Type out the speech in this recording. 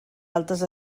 altes